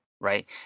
right